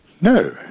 No